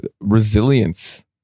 resilience